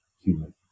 human